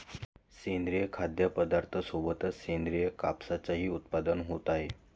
सेंद्रिय खाद्यपदार्थांसोबतच सेंद्रिय कापसाचेही उत्पादन होत आहे